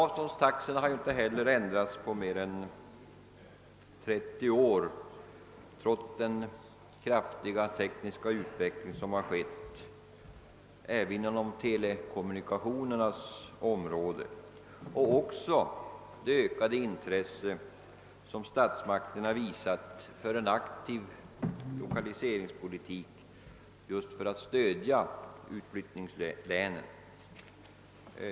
Avståndstaxorna har heller inte ändrats sedan mer än 30 år tillbaka trots den kraftiga tekniska utveckling som har skett även på telekommunikationernas område och trots det ökade intresse som statsmakterna har visat för en aktiv lokaliseringspolitik som skall stödja just utflyttningslänen.